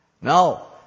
No